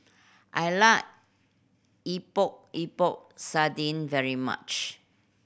I like Epok Epok Sardin very much